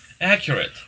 Accurate